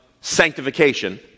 sanctification